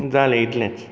जालें इतलेंच